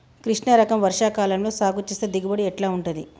కృష్ణ రకం వర్ష కాలం లో సాగు చేస్తే దిగుబడి ఎట్లా ఉంటది?